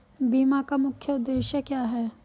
बीमा का मुख्य उद्देश्य क्या है?